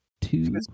two